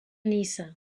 niça